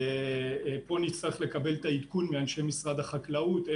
ופה נצטרך לקבל את העדכון מאנשי משרד החקלאות לגבי